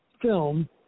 film